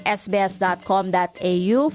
sbs.com.au